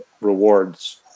rewards